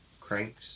cranks